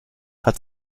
hat